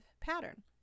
pattern